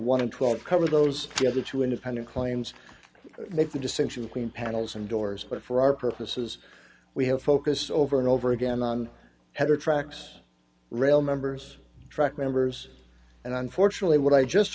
in twelve cover those other two independent claims make the distinction between panels and doors but for our purposes we have focus over and over again on header tracks rail members track members and unfortunately what i just